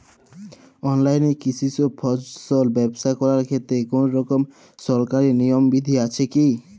অনলাইনে কৃষিজ ফসল ব্যবসা করার ক্ষেত্রে কোনরকম সরকারি নিয়ম বিধি আছে কি?